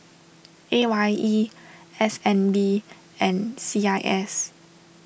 A Y E S N B and C I S